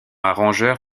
arrangeur